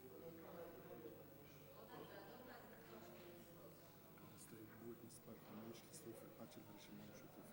אילן גילאון, עיסאווי פריג', מיכל רוזין ומוסי רז,